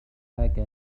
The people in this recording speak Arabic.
أخاك